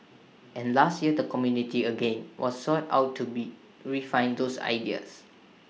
and last year the community again was sought out to be refine those ideas